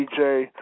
DJ